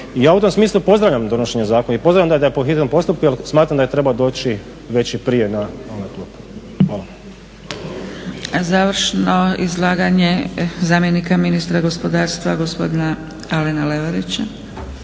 ja u tom smislu pozdravljam donošenje zakona i pozdravljam ga da je po hitnom postupku jer smatram da je trebao doći već i prije na ove klupe. Hvala.